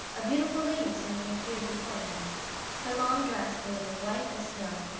a beautiful lady suddenly appeared before him her long dress was as white as snow,